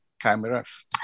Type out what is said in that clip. cameras